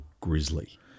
Grizzly